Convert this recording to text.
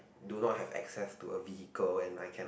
do not have access to a vehicle and I cannot